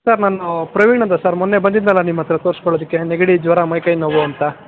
sir ನಾನು ಪ್ರವೀಣ್ ಅಂತ sir ಮೊನ್ನೆ ಬಂದಿದ್ದೆನಲ್ಲ ನಿಮ್ಮ ಹತ್ರ ತೋರಿಸ್ಕೊಳೋದಿಕ್ಕೆ ನೆಗಡಿ ಜ್ವರ ಮೈ ಕೈ ನೋವು ಅಂತ